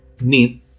need